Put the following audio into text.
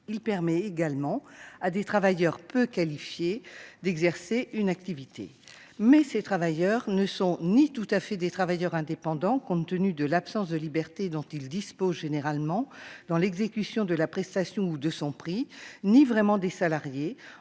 Il permet également à des travailleurs peu qualifiés d'exercer une activité. Mais ces travailleurs ne sont ni tout à fait des travailleurs indépendants, compte tenu de l'absence de liberté dont ils disposent généralement dans l'exécution de la prestation ou dans la fixation de son prix, ni vraiment des salariés,